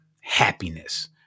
happiness